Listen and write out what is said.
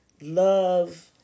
love